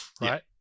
right